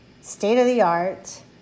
state-of-the-art